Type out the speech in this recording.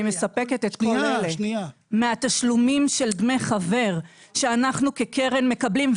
אני מספקת את כל אלה מהתשלומים של דמי חבר שאנחנו כקרן מקבלים,